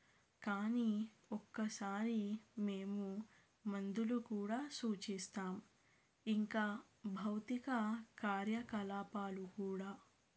కానీ ఒక్కసారి మేము మందులు కూడా సూచిస్తాం ఇంకా భౌతిక కార్యకలాపాలు కూడా